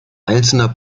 einzelner